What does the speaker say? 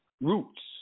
Roots